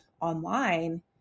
online